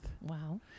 wow